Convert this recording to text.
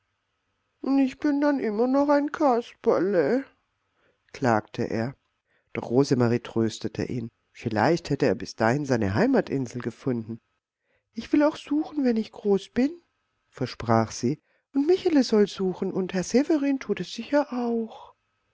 ich bin dann immer noch ein kasperle klagte er doch rosemarie tröstete ihn vielleicht hätte er bis dahin seine heimatinsel gefunden ich will auch suchen wenn ich groß bin versprach sie und michele soll suchen und herr severin tut es sicher auch